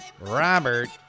Robert